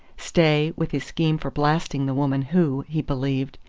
stay, with his scheme for blasting the woman who, he believed,